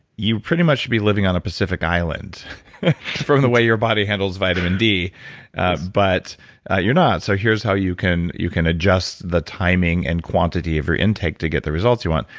you pretty much could be living on a pacific island from the way your body handles vitamin d. yes but you're not, so here's how you can you can adjust the timing and quantity of your intake to get the results you want.